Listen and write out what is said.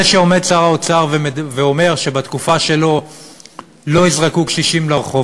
זה שעומד שר האוצר ואומר שבתקופה שלו לא יזרקו קשישים לרחוב,